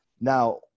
Now